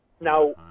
Now